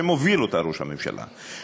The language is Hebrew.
שמוביל אותה ראש הממשלה,